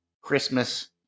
Christmas